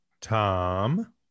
Tom